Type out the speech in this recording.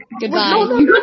Goodbye